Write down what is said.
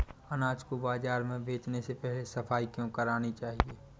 अनाज को बाजार में बेचने से पहले सफाई क्यो करानी चाहिए?